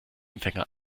empfänger